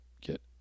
get